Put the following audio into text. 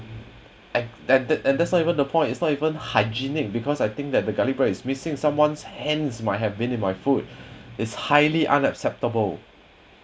and that and tht's not even the point that's not even hygienic because I think that the garlic bread is missing someone's hands might have been in my food is highly unacceptable